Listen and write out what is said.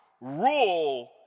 rule